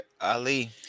Ali